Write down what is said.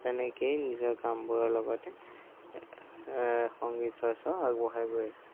তেনেকেই নিজৰ কামবোৰৰ লগতে সংগীত চৰ্চাও আগবঢ়াই গৈ আছোঁ